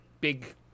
big